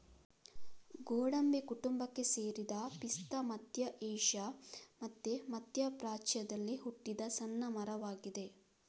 ಗೋಡಂಬಿ ಕುಟುಂಬಕ್ಕೆ ಸೇರಿದ ಪಿಸ್ತಾ ಮಧ್ಯ ಏಷ್ಯಾ ಮತ್ತೆ ಮಧ್ಯ ಪ್ರಾಚ್ಯದಲ್ಲಿ ಹುಟ್ಟಿದ ಸಣ್ಣ ಮರವಾಗಿದೆ